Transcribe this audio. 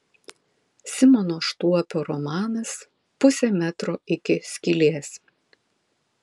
simono štuopio romanas pusė metro iki skylės